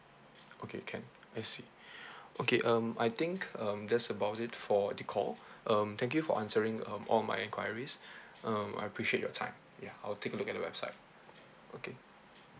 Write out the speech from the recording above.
okay can I see okay um I think um that's about it for the call um thank you for answering um all my enquiries um I appreciate your time ya I'll take a look at the website okay